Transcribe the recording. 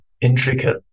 intricate